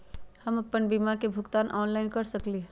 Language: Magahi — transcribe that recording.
हम अपन बीमा के भुगतान ऑनलाइन कर सकली ह?